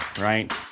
right